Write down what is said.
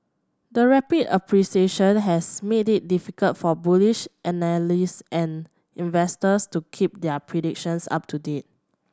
the rapid appreciation has made it difficult for bullish analysts and investors to keep their predictions up to date